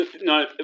no